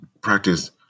practice